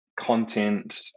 content